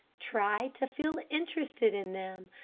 try to feel interested in them.